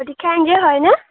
প্ৰতীক্ষা N G O হয়নে